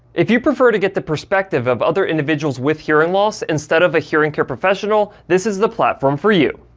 if you prefer to get the perspective of other individuals with hearing loss, instead of a hearing care professional, professional, this is the platform for you.